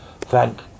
Thank